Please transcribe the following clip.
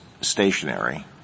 stationary